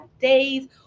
days